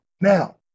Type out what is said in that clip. Now